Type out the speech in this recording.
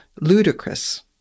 ludicrous